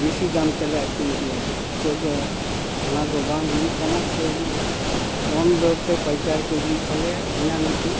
ᱵᱤᱥᱤ ᱫᱟᱢ ᱛᱮᱞᱮ ᱟᱹᱠᱷᱨᱤᱧ ᱠᱮᱭᱟ ᱱᱤᱛᱳᱜ ᱫᱚ ᱚᱱᱟᱫᱚ ᱵᱟᱝ ᱦᱩᱭᱩᱜ ᱠᱟᱱᱟ ᱥᱮ ᱟᱹᱰᱤ ᱠᱚᱢ ᱫᱚᱨ ᱛᱮ ᱯᱟᱹᱭᱠᱟᱨ ᱠᱚ ᱤᱫᱤᱭᱮᱫ ᱛᱟᱞᱮᱭᱟ ᱤᱱᱟᱹ ᱢᱤᱫᱴᱤᱡ